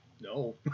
No